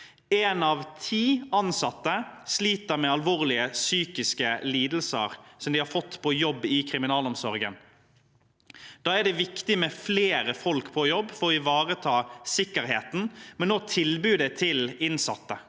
Én av ti ansatte sliter med alvorlige psykiske lidelser som de har fått på jobb i kriminalomsorgen. Da er det viktig med flere folk på jobb for å ivareta sikkerheten, men også tilbudet til innsatte.